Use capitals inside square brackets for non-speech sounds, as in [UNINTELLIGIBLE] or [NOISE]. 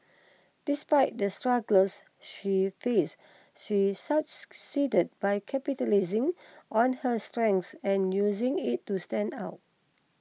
despite the struggles she faced she [UNINTELLIGIBLE] succeeded by capitalising on her strengths and using it to stand out